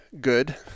good